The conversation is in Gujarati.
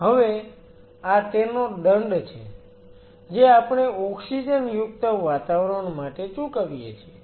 હવે આ તેનો દંડ છે જે આપણે ઓક્સિજન યુક્ત વાતાવરણ માટે ચૂકવીએ છીએ